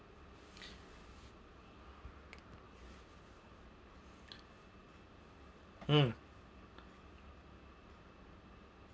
mm